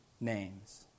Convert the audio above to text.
names